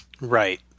Right